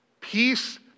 Peace